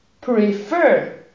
Prefer